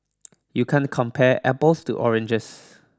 you can't compare apples to oranges